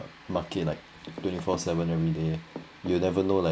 market like twenty four seven everyday you'll never know like